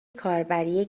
کاربری